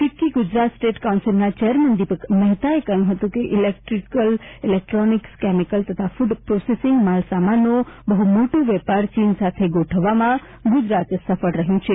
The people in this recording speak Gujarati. ફીક્કી ગુજરાત સ્ટેટ કાઉન્સીલના ચેરમેન દિપક મહેતાએ કહ્યું હતું કે ઇલેક્ટ્રીકલ ઇલેકટ્રોનિક્સ કેમિકલ તથા ફુડ પ્રોસેસિંગ માલસામાનનો બહુ મોટો વેપાર ચીન સાથે ગોઠવવામાં ગુજરાત સફળ રહ્યું છે